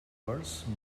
worse